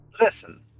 Listen